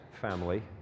family